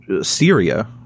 Syria